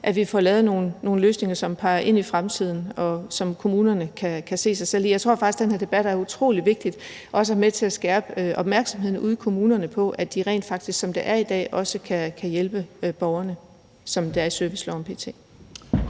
at vi får lavet nogle løsninger, som peger ind i fremtiden, og som kommunerne kan se sig selv i. Jeg tror faktisk, at den her debat er utrolig vigtig også for at være med til at skærpe opmærksomheden ude i kommunerne på, at de rent faktisk, som det er i dag, også kan hjælpe borgerne, som det er i serviceloven p.t.